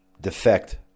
defect